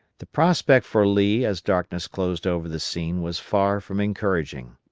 the prospect for lee as darkness closed over the scene was far from encouraging.